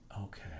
Okay